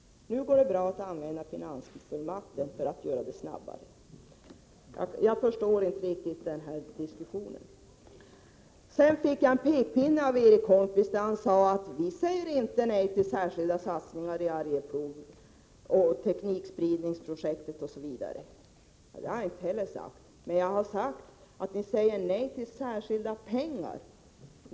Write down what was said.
Nu går det bra att använda finansfullmakten för att det skall gå snabbare. Jag förstår inte riktigt detta resonemang. Sedan visade Erik Holmkvist pekpinnen och sade att moderaterna inte säger nej till särskilda satsningar i Arjeplog, till teknikspridningsprojektet, osv. Det har jag inte heller påstått, men jag har sagt att ni säger nej till särskilda pengar.